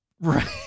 Right